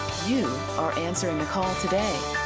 you are answering the call today.